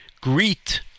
greet